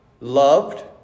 loved